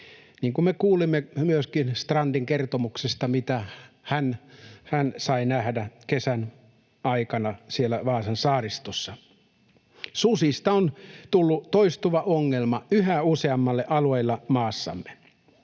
niin kuin me kuulimme myöskin Strandin kertomuksesta siitä, mitä hän sai nähdä kesän aikana siellä Vaasan saaristossa. Susista on tullut toistuva ongelma yhä useammalle alueelle maassamme.